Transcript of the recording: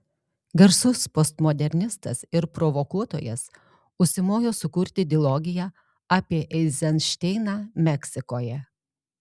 garsus postmodernistas ir provokuotojas užsimojo sukurti dilogiją apie eizenšteiną meksikoje